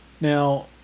Now